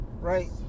Right